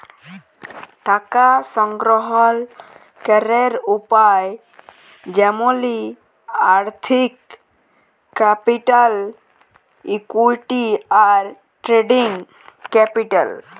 টাকা সংগ্রহল ক্যরের উপায় যেমলি আর্থিক ক্যাপিটাল, ইকুইটি, আর ট্রেডিং ক্যাপিটাল